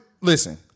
Listen